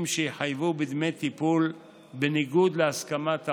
שיחייבו בדמי טיפול בניגוד להסכמת העובד.